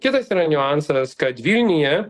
kitas yra niuansas kad vilniuje